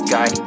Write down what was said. Guy